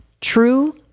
true